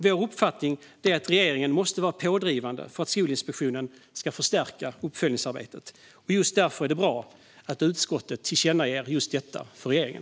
Vår uppfattning är att regeringen måste vara pådrivande för att Skolinspektionen ska förstärka uppföljningsarbetet. Just därför är det bra att utskottet tillkännager just detta för regeringen.